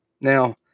Now